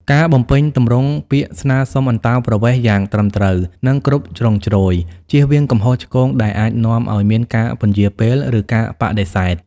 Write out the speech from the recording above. ការបំពេញទម្រង់ពាក្យស្នើសុំអន្តោប្រវេសន៍យ៉ាងត្រឹមត្រូវ និងគ្រប់ជ្រុងជ្រោយ ជៀសវាងកំហុសឆ្គងដែលអាចនាំឱ្យមានការពន្យារពេល ឬការបដិសេធ។